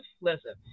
listen